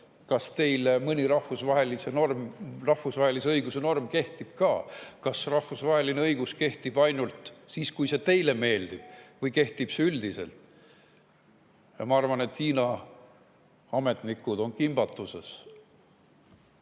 "Kas teile mõni rahvusvahelise õiguse norm kehtib ka? Kas rahvusvaheline õigus kehtib ainult siis, kui see teile meeldib, või kehtib see üldiselt?" Ma arvan, et Hiina ametnikud on kimbatuses.